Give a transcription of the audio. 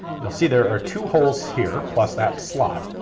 you'll see there are two holes here plus that slot.